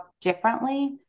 differently